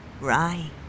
Right